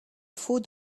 faut